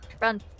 Run